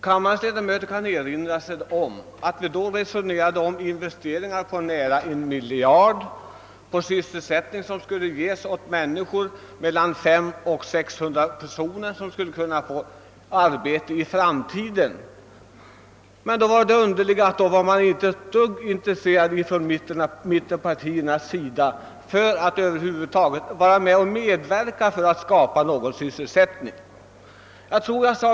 Kammarens ledamöter kan säkert erinra sig att vi då diskuterade investeringar på 1 miljard kronor, vilka i framtiden skulle kunna ge sysselsättning åt mellan 500 och 600 personer. Det underliga var att mittenpartierna då inte var ett dugg intresserade av att medverka till att skapa sysselsättningstillfällen.